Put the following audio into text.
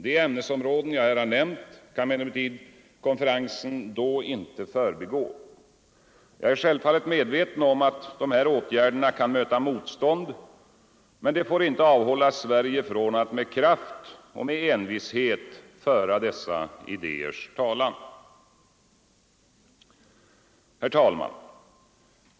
De ämnesområden jag här nämnt kan emellertid konferensen då inte förbigå. Jag är självfallet medveten om att dessa åtgärder kan möta motstånd, men det får inte avhålla Sverige från att med kraft och envishet föra dessa idéers talan. Herr talman!